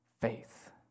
faith